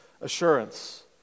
assurance